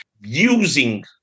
using